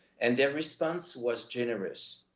and their response was generous.